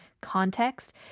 context